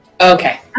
Okay